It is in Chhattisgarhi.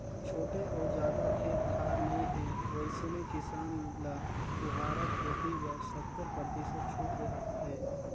छोटे अउ जादा खेत खार नइ हे वइसने किसान ल फुहारा खेती बर सत्तर परतिसत छूट देहत हे